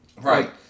Right